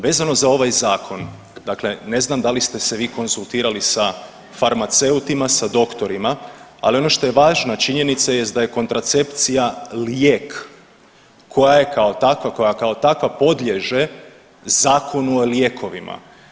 Vezano za ovaj zakon, dakle ne znam da li ste se vi konzultirali sa farmaceutima, sa doktorima, ali ono što je važna činjenica jest da je kontracepcija lijek koja je kao takva, koja kao takva podliježe Zakonu o lijekovima.